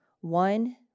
One